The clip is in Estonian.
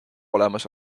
olemas